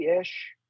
ish